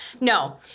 no